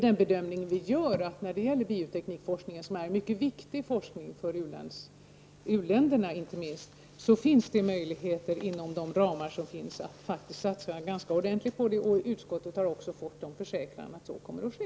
Den bedömning vi gör av SARELC är att bioteknikforskning är en mycket viktig forskning, inte minst för u-länderna, och att det finns möjligheter inom befintliga ramar att satsa ganska ordentligt på den. Utskottet har också fått en försäkran om att så kommer att ske.